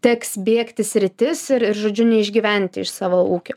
teks bėgti sritis ir ir žodžiu neišgyventi iš savo ūkio